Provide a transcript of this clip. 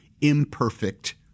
imperfect